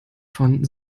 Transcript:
von